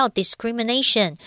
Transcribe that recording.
discrimination，